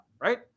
right